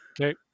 okay